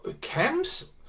camps